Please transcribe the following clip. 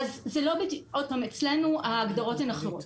אצלנו ההגדרות הן אחרות.